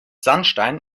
sandstein